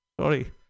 Sorry